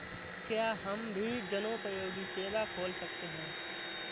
क्या हम भी जनोपयोगी सेवा खोल सकते हैं?